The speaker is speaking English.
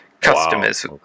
Customers